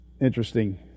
interesting